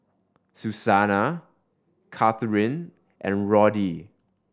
Susana Catharine and Roddy